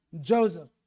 Joseph